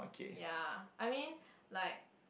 ya I mean like